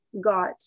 got